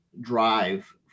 drive